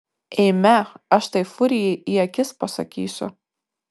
eime aš tai furijai į akis pasakysiu